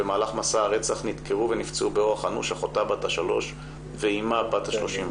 במהלך מסע הרצח נדקרו ונפצעו באורח אנוש אחותה בת השלוש ואימה בת ה-36.